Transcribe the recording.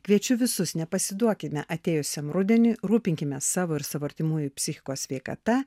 kviečiu visus nepasiduokime atėjusiam rudeniui rūpinkimės savo ir savo artimųjų psichikos sveikata